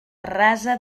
rasa